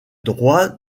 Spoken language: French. droit